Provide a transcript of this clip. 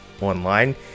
online